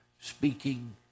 speaking